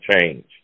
change